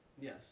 Yes